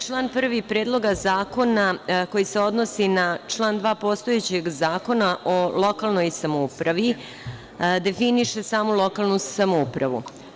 Član 1. Predloga zakona koji se odnosi na član 2. postojećeg Zakona o lokalnoj samoupravi definiše samo lokalnu samoupravu.